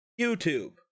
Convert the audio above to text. YouTube